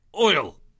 Oil